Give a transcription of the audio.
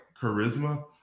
charisma